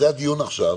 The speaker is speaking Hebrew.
זה הדיון עכשיו,